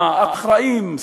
אחראים,